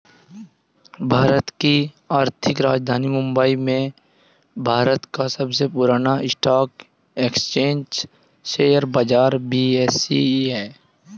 भारत की आर्थिक राजधानी मुंबई में भारत का सबसे पुरान स्टॉक एक्सचेंज शेयर बाजार बी.एस.ई हैं